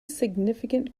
significant